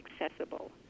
accessible